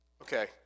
Okay